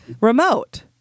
remote